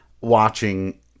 watching